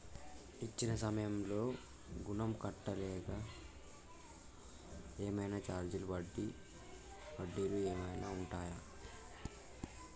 ఇచ్చిన సమయంలో ఋణం కట్టలేకపోతే ఏమైనా ఛార్జీలు వడ్డీలు ఏమైనా ఉంటయా?